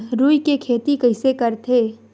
रुई के खेती कइसे करथे?